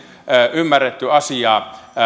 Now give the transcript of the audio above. ymmärretty asiaa